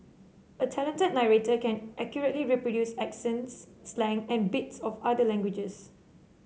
a talented narrator can accurately reproduce accents slang and bits of other languages